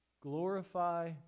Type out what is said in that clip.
glorify